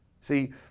See